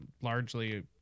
largely